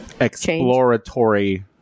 exploratory